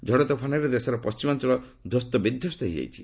ଝଡ଼ତୋଫାନରେ ଦେଶର ପଣ୍ଠିମାଞ୍ଚଳ ଧ୍ୱସ୍ତବିଧ୍ୱସ୍ତ ହୋଇଯାଇଛି